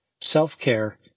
Self-care